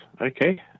okay